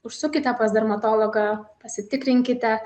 užsukite pas dermatologą pasitikrinkite